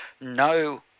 no